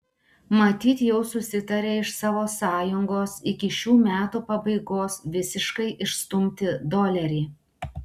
matyt jau susitarė iš savo sąjungos iki šių metų pabaigos visiškai išstumti dolerį